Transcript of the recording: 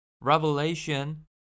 Revelation